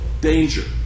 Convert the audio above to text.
danger